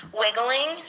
wiggling